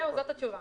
זהו, זאת התשובה.